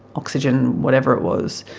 oxygen, whatever it was,